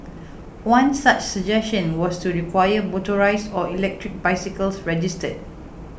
one such suggestion was to require motorised or electric bicycles registered